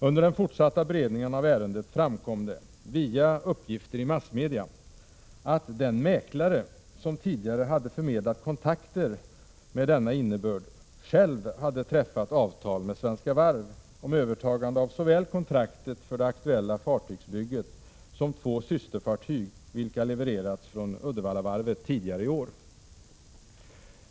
Under den fortsatta beredningen av ärendet framkom det — via uppgifter i massmedia — att den mäklare som tidigare hade förmedlat kontakter med denna innebörd själv hade träffat avtal med Svenska Varv om övertagande av såväl kontraktet för det aktuella fartygsbygget som för två systerfartyg, vilka levererats från Uddevallavarvet tidigare i år.